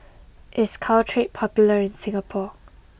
is Caltrate popular in Singapore